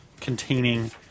containing